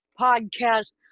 podcast